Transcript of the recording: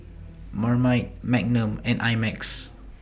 Marmite Magnum and I Max